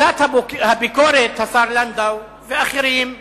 קבוצת הביקורת, השר לנדאו ואחרים,